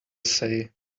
say